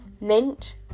Mint